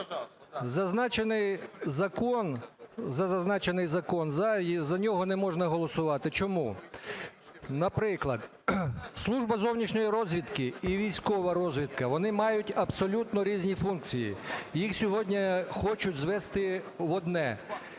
зазначений закон, за нього не можна голосувати. Чому? Наприклад, Служба зовнішньої розвідки і військова розвідка - вони мають абсолютно різні функції. Їх сьогодні хочуть звести в одне.